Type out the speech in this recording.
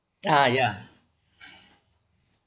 ah ya